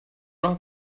راه